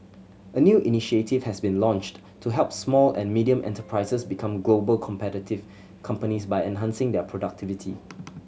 a new initiative has been launched to help small and medium enterprises become global competitive companies by enhancing their productivity